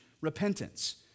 repentance